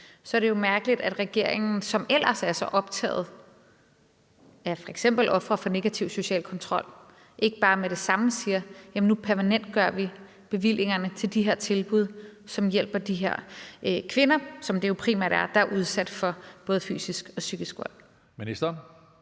så er det jo mærkeligt, at regeringen, som ellers er så optaget af f.eks. ofre for negativ social kontrol, ikke bare med det samme siger, at nu permanentgør vi bevillingerne til de her tilbud, som hjælper de her kvinder, som det jo primært er, der er udsat for både fysisk og psykisk vold. Kl.